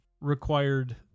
required